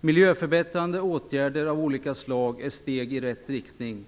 Miljöförbättrande åtgärder av olika slag är steg i rätt riktning.